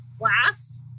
last